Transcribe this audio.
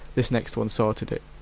this next one sorted it.